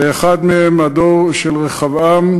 ואחד מהם, הדור של רחבעם,